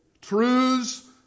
Truths